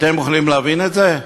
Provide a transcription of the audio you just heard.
אתם יכולים להבין את זה?